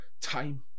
time